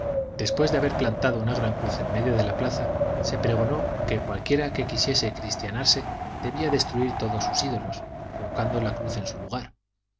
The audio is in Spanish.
después de haber plantado una gran cruz en medio de la plaza se pregonó que cualquiera que quisiese cristianarse debería destruir todos sus ídolos colocando la cruz en su lugar